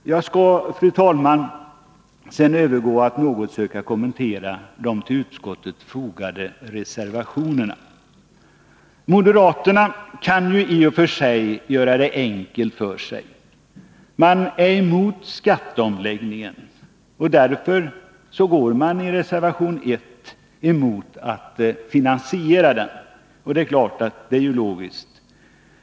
Jag skall, fru talman, sedan övergå till att något försöka kommentera de till utskottets betänkande fogade reservationerna. Moderaterna kan i och för sig göra det enkelt för sig. De är emot skatteomläggningen. Därför går de i reservation 1 emot finansieringen av den. Det är givetvis logiskt.